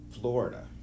Florida